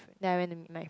then I went to Mac